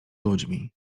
ludźmi